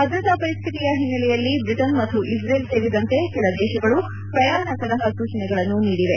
ಭದ್ರತಾ ಪರಿಸ್ಥಿತಿಯ ಹಿನ್ನೆಲೆಯಲ್ಲಿ ಬ್ರಿಟನ್ ಮತ್ತು ಇಸ್ರೇಲ್ ಸೇರಿದಂತೆ ಕೆಲ ದೇಶಗಳು ಪ್ರಯಾಣ ಸಲಹಾ ಸೂಚನೆಗಳನ್ನು ನೀಡಿವೆ